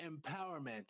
Empowerment